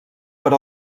per